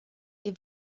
wir